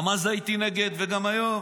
גם אז הייתי נגד וגם היום.